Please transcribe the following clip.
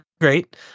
great